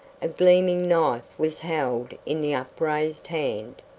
a gleaming knife was held in the upraised hand.